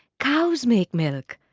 cows make milk.